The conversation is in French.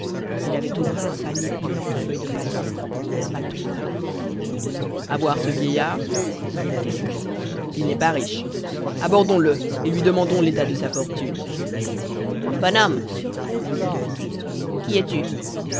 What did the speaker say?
il avait au bras un panier pliant de feuilles de palmier et un bâton à la main à voir ce vieillard dit le calife il n'est pas riche abordons le et lui demandons l'état de sa fortune bon homme lui dit le vizir qui es-tu